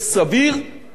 שוויוני,